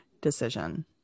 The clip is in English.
decision